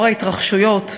בעקבות ההתרחשויות.